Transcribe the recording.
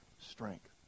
strength